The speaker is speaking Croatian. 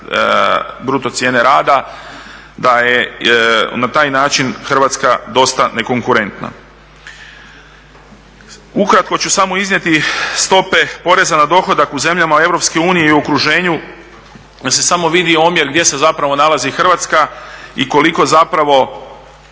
bruto cijene rada, da je na taj način Hrvatska dosta nekonkurentna. Ukratko ću samo iznijeti stope poreza na dohodak u zemljama EU i okruženju da se samo vidi omjer gdje se zapravo nalazi Hrvatska i koliko zapravo